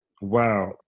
Wow